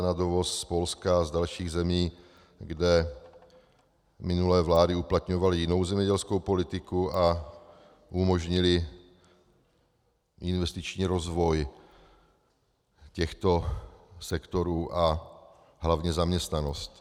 na dovoz z Polska a z dalších zemí, kde minulé vlády uplatňovaly jinou zemědělskou politiku a umožnily investiční rozvoj těchto sektorů a hlavně zaměstnanost.